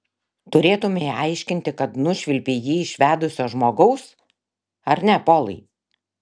turėtumei aiškinti kad nušvilpei jį iš vedusio žmogaus ar ne polai